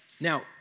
Now